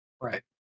Right